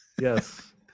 Yes